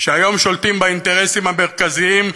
שהיום שולטים באינטרסים המרכזיים,